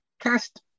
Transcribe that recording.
Cast